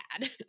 bad